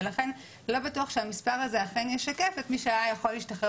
ולכן לא בטוח שהמספר הזה אכן ישקף את מי שהיה יכול להשתחרר